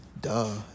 Duh